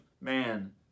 Man